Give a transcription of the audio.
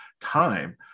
time